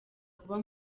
kuba